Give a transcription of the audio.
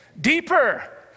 deeper